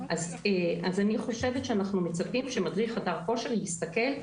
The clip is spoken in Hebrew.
אז אני חושבת שאנחנו מצפים שמדריך חדר כושר יסתכל,